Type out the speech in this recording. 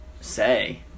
say